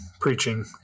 preaching